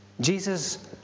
Jesus